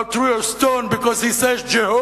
Now throw a" stone because he says Jehova"